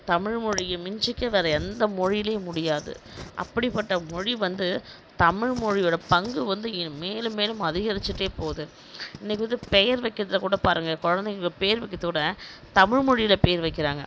தமிழ் மொழியை மிஞ்சிக்க வேறு எந்த மொழியிலையும் முடியாது அப்படிப்பட்ட மொழி வந்து தமிழ் மொழியோடய பங்கு வந்து இன்னும் மேலும் மேலும் அதிகரிச்சுட்டே போகுது இன்றைக்கி வந்து பெயர் வைக்கிறதுலக்கூட பாருங்க குழந்தைகளுக்கு பேர் வைக்கிறதுக்குக்கூட தமிழ் மொழியில் பேர் வைக்கிறாங்க